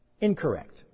Incorrect